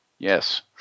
Yes